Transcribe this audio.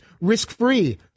risk-free